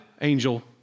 angel